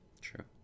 True